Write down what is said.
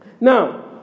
Now